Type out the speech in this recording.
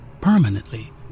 permanently